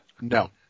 No